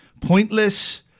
pointless